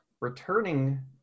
returning